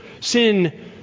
Sin